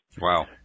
Wow